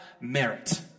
merit